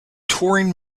touring